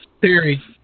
Theory